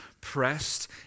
pressed